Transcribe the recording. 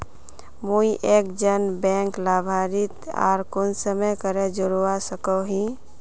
मुई एक जन बैंक लाभारती आर कुंसम करे जोड़वा सकोहो ही?